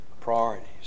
priorities